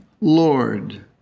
Lord